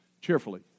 Cheerfully